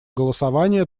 голосования